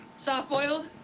Soft-boiled